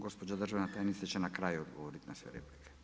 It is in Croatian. Gospođa državna tajnica će na kraju dogovoriti na sve replike.